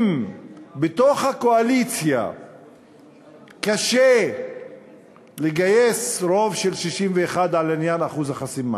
אם בתוך הקואליציה קשה לגייס רוב של 61 לעניין אחוז החסימה,